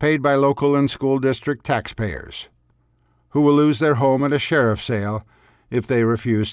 paid by local and school district taxpayers who will lose their home and a sheriff sale if they refuse